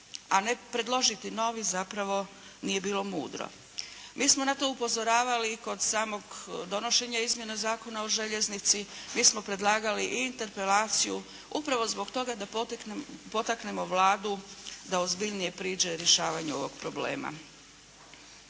a ne predložiti novi, zapravo nije bilo mudro. Mi smo na to upozoravali i kod samog donošenja Izmjena zakona o željeznici, mi smo predlagali i interpelaciju upravo zbog toga da potaknemo Vladu da ozbiljnije priđe rješavanju ovoga problema.